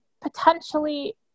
potentially